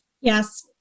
Yes